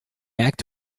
act